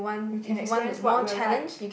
you can experience what we're like